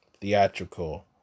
theatrical